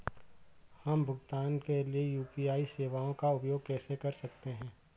हम भुगतान के लिए यू.पी.आई सेवाओं का उपयोग कैसे कर सकते हैं?